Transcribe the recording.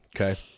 Okay